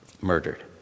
murdered